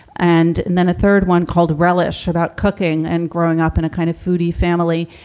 and and then a third one called relish about cooking and growing up in a kind of foodie family.